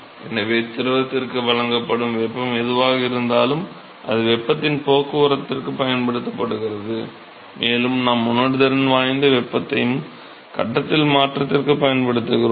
எனவே திரவத்திற்கு வழங்கப்படும் வெப்பம் எதுவாக இருந்தாலும் அது வெப்பத்தின் போக்குவரத்திற்குப் பயன்படுத்தப்படுகிறது மேலும் நாம் உணர்திறன் வாய்ந்த வெப்பத்தையும் கட்டத்தில் மாற்றத்திற்கும் பயன்படுத்துகிறோம்